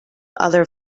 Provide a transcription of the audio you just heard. other